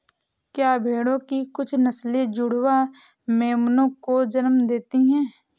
क्या भेड़ों की कुछ नस्लें जुड़वा मेमनों को जन्म देती हैं?